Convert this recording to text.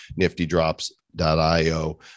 niftydrops.io